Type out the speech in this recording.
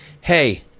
Hey